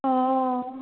অঁ